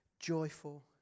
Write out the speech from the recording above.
Joyful